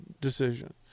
decision